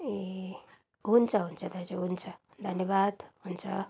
ए हुन्छ हुन्छ दाजु हुन्छ हुन्छ धन्यवाद हुन्छ